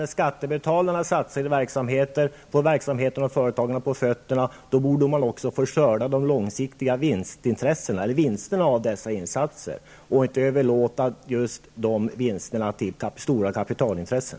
När skattebetalarna satsar i verksamheter och får företagen på fötter borde de också få skörda de långsiktiga vinsterna av dessa insatser och inte behöva överlåta dem till stora kapitalintressen.